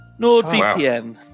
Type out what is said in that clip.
nordvpn